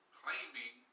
claiming